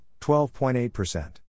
12.8%